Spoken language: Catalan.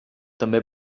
també